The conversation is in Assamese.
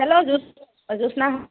হেল্ল' জ্যোৎস্না